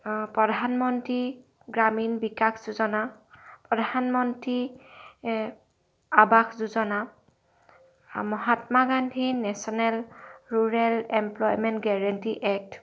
প্ৰধানমন্ত্ৰী গ্ৰামীণ বিকাশ যোজনা প্ৰধানমন্ত্ৰী আৱাস যোজনা Mahatma Gandhi national rural employment guarantee act